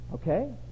okay